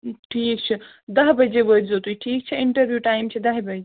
ٹھیٖک چھُ دَہ بَجے وٲتۍ زیٛو تُہی ٹھیٖک چھا اِنٹروِو ٹایم چھُ دَہہِ بَجہِ